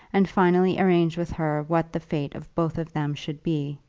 and finally arrange with her what the fate of both of them should be,